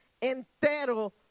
entero